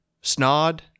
Snod